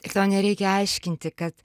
ir tau nereikia aiškinti kad